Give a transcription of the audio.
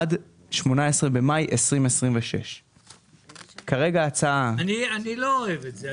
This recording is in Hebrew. עד 18 במאי 2026. אני לא אוהב את זה.